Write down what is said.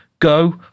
Go